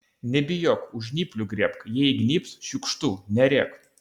nebijok už žnyplių griebk jei įgnybs šiukštu nerėk